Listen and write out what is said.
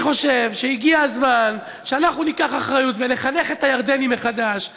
אני חושב שהגיע הזמן שאנחנו ניקח אחריות ונחנך את הירדנים מחדש.